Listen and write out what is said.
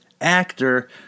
actor